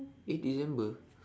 eh december